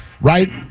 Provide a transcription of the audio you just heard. right